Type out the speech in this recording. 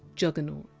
juggernaut.